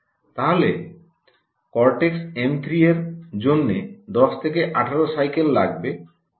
তাহলে cortex M 3 এর জন্য 10 থেকে 18 সাইকেল লাগবে